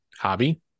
hobby